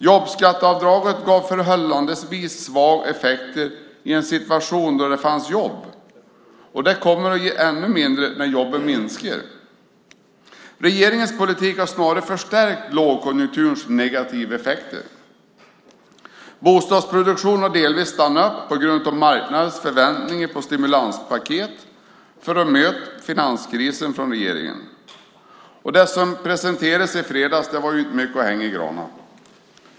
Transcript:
Jobbskatteavdraget gav förhållandevis svaga effekter i en situation då det fanns jobb, och det kommer att ge än mindre när jobben blir färre. Regeringens politik har snarare förstärkt lågkonjunkturens negativa effekter. Bostadsproduktionen har delvis stannat upp på grund av marknadens förväntningar på ett stimulanspaket från regeringen för att möta finanskrisen. Och det som presenterades i fredags var inte mycket att hänga i granen.